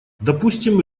допустим